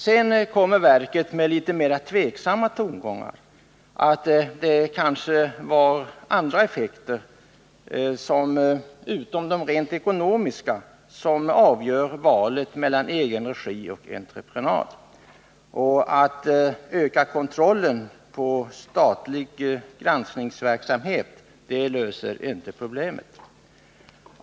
Sedan kommer dock verket med litet mera tveksamma tongångar och framhåller att det kan vara andra faktorer än rent ekonomiska som avgör valet mellan egen regi och entreprenad och att en ökad kontroll och statlig granskningsverksamhet inte löser problemet.